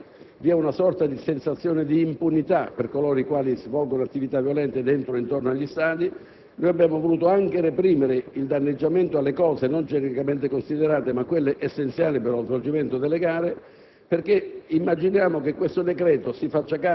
Le ragioni sociologiche possono essere molto varie: ad esempio, vi è una sorta di sensazione di impunità per coloro che svolgono attività violente dentro o intorno agli stadi. Noi abbiamo voluto anche reprimere il danneggiamento alle cose, non genericamente considerate, ma quelle essenziali per lo svolgimento delle gare,